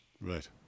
Right